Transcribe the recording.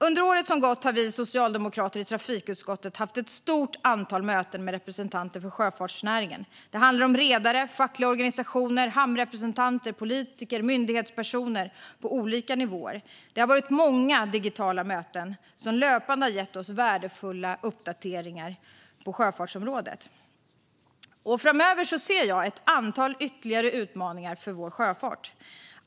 Under året som har gått har vi socialdemokrater i trafikutskottet haft ett stort antal möten med representanter för sjöfartsnäringen. Det handlar om redare, fackliga organisationer, hamnrepresentanter, politiker och myndighetspersoner på olika nivåer. Det har varit många digitala möten som löpande har gett oss värdefulla uppdateringar på sjöfartsområdet. Framöver ser jag ett antal ytterligare utmaningar för vår sjöfart.